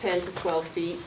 ten to twelve feet